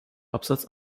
absatz